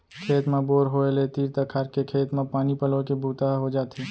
खेत म बोर होय ले तीर तखार के खेत म पानी पलोए के बूता ह हो जाथे